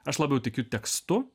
aš labiau tikiu tekstu